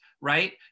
right